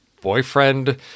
boyfriend